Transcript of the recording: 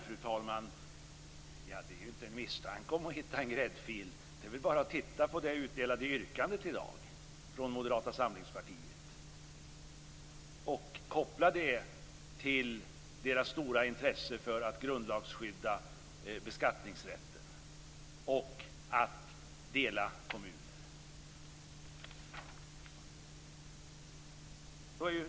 Fru talman! Det är inte bara fråga om en misstanke om att hitta en gräddfil. Det räcker med att titta på det i dag utdelade yrkandet från Moderata samlingspartiet och att koppla samman det med detta partis stora intresse av att grundlagsskydda beskattningsrätten och att dela kommunerna.